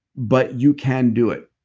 but you can do it.